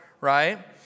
right